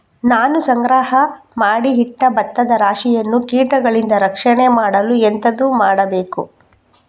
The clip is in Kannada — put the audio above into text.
ನಾನು ಸಂಗ್ರಹ ಮಾಡಿ ಇಟ್ಟ ಭತ್ತದ ರಾಶಿಯನ್ನು ಕೀಟಗಳಿಂದ ರಕ್ಷಣೆ ಮಾಡಲು ಎಂತದು ಮಾಡಬೇಕು?